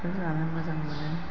बेफोरखौ जानो मोजां मोनो